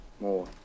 more